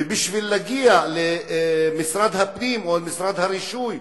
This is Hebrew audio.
ובשביל להגיע למשרד הפנים, או למשרד הרישוי,